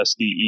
SDE